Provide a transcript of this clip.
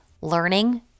learning